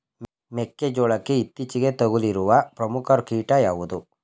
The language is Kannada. ಮೆಕ್ಕೆ ಜೋಳಕ್ಕೆ ಇತ್ತೀಚೆಗೆ ತಗುಲಿರುವ ಪ್ರಮುಖ ಕೀಟ ಯಾವುದು?